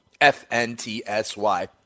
FNTSY